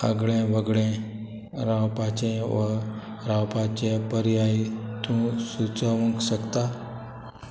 आगळें वगळें रावपाचें वा रावपाचें पर्यायी तूं सुचोवंक शकता